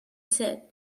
said